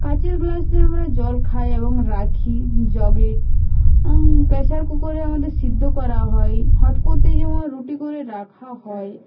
কাচের গ্লাসে আমরা জল খাই এবং রাখি জগে প্রেশার কুকারে আমাদের সিদ্ধ করা হয় হটপটে যেমন রুটি করে রাখা হয়